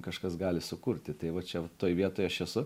kažkas gali sukurti tai va čia va toj vietoj aš esu